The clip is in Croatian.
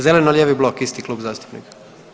Zeleno-lijevi blok isti klub zastupnika.